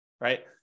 right